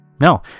No